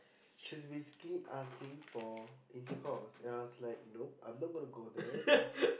she was basically asking for intercourse and I was like nope I'm not gonna go there